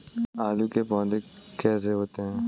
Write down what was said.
आलू के पौधे कैसे होते हैं?